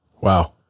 Wow